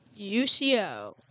UCO